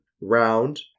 round